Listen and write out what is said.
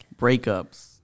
breakups